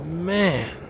Man